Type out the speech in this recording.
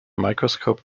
microscope